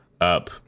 up